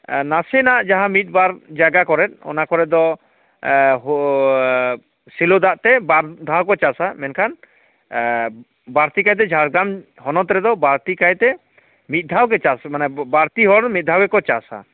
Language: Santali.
ᱱᱟᱥᱮᱱᱟᱜ ᱡᱟᱦᱟᱸ ᱢᱤᱫ ᱵᱟᱨ ᱡᱟᱭᱜᱟ ᱠᱚᱨᱮᱫ ᱚᱱᱟ ᱠᱚᱨᱮ ᱫᱚ ᱥᱮᱞᱳ ᱫᱟᱜ ᱛᱮ ᱵᱟᱨ ᱫᱷᱟᱣᱠᱚ ᱪᱟᱥᱟ ᱢᱮᱱᱠᱷᱟᱱ ᱵᱟᱹᱲᱛᱤ ᱠᱟᱭᱛᱮ ᱡᱷᱟᱲᱜᱨᱟᱢ ᱦᱚᱱᱚᱛ ᱨᱮᱫᱚ ᱵᱟᱹᱲᱛᱤ ᱠᱟᱭᱛᱮ ᱢᱤᱫ ᱫᱷᱟᱣ ᱜᱮ ᱪᱟᱥ ᱢᱟᱱᱮ ᱵᱟᱹᱲᱛᱤ ᱦᱚᱲ ᱢᱤᱫ ᱫᱷᱟᱣ ᱜᱮᱠᱚ ᱪᱟᱥᱟ